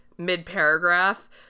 mid-paragraph